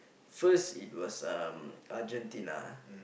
first it was um Argentina